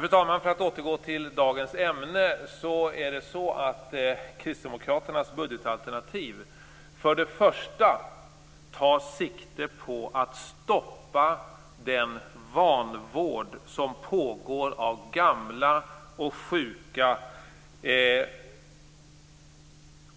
För att återgå till dagens ämne, fru talman, tar kristdemokraternas budgetalternativ först och främst sikte på att stoppa den vanvård som pågår av gamla och sjuka